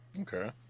okay